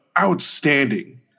outstanding